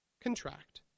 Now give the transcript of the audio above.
contract